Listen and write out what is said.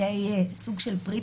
הוא הנושא של הפיקוח,